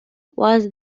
was